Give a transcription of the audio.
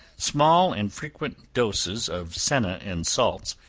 small and frequent doses of senna and salts,